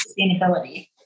sustainability